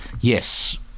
Yes